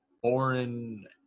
foreign